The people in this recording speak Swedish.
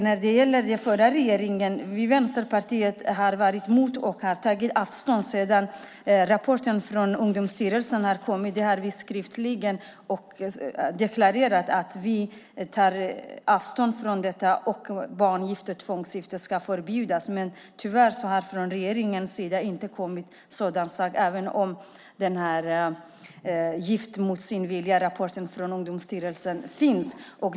När det gäller den förra regeringen har vi i Vänsterpartiet varit emot och tagit avstånd från det sedan rapporten från Ungdomsstyrelsen kom. Vi har skriftligen deklarerat att vi tar avstånd från detta och att barngifte och tvångsgifte ska förbjudas. Tyvärr har det inte kommit något sådant från regeringens sida, även om Gift mot sin vilja , rapporten från Ungdomsstyrelsen, finns.